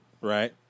Right